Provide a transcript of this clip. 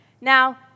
Now